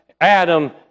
Adam